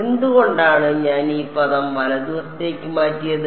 എന്തുകൊണ്ടാണ് ഞാൻ ഈ പദം വലതുവശത്തേക്ക് മാറ്റിയത്